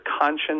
conscience